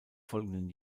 folgenden